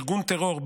ארגון טרור,